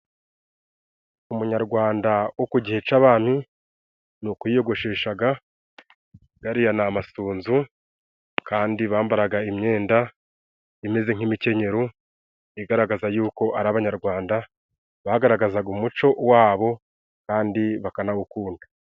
Umunyarwanda wo ku gihe c'abami ni uku yiyogosheshaga, gariya ni amasunzu kandi bambaraga imyenda imeze nk'imikenyero, igaragaza yuko ari abanyarwanda, bagaragazaga umuco wa bo kandi bakanawukunda.